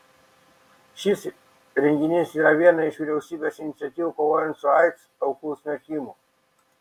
šis renginys yra viena iš vyriausybės iniciatyvų kovojant su aids aukų smerkimu